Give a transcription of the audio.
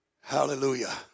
Hallelujah